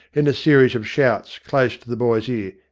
in a series of shouts, close to the boy's ear,